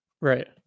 right